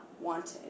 wanted